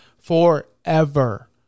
forever